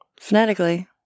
Phonetically